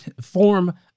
form